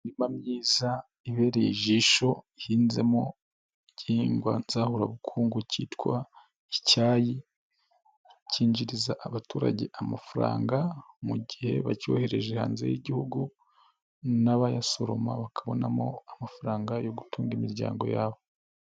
Imirima myiza ibereye ijisho ihinzemo igihingwa nzahubukungu cyitwa icyayi, cyinjiriza abaturage amafaranga mu gihe bacyohereje hanze y'Igihugu n'abayasuroma bakabonamo amafaranga yo gutunga imiryango yabo.